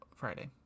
friday